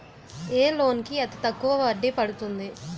ఏ loan కి అతి తక్కువ వడ్డీ పడుతుంది?